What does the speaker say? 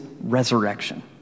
resurrection